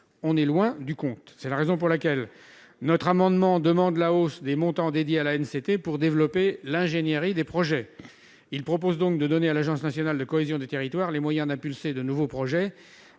on est loin du compte, c'est la raison pour laquelle notre amendement demande la hausse des montants dédiés à la haine, c'était pour développer l'ingénierie des projets, il propose donc de donner à l'agence nationale de cohésion des territoires, les moyens d'impulser, de nouveaux projets